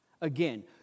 Again